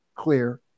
Clear